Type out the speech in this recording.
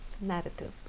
narrative